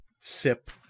sip